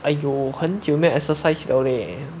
!aiyo! 很久没有 exercise 了 leh